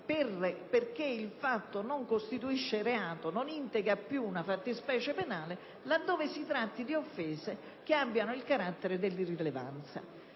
perché il fatto non costituisce reato, non integra più una fattispecie penale, laddove si tratti di offese che non abbiano il carattere di rilevanza.